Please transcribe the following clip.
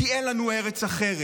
כי אין לנו ארץ אחרת.